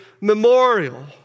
memorial